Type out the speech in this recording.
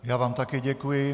Já vám také děkuji.